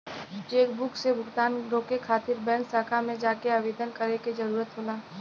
chequebook से भुगतान रोके खातिर बैंक शाखा में जाके आवेदन करे क जरुरत होला